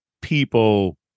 people